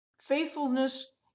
Faithfulness